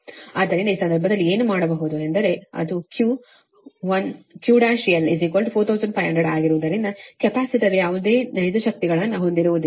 ಆದ್ದರಿಂದ ಈ ಸಂದರ್ಭದಲ್ಲಿ ಏನು ಮಾಡಬಹುದು ಎಂದರೆ ಅದುQL14500 ಆಗಿರುವುದರಿಂದ ಕೆಪಾಸಿಟರ್ ಯಾವುದೇ ನೈಜ ಶಕ್ತಿಗಳನ್ನು ಹೊಂದಿರುವುದಿಲ್ಲ